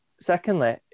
Secondly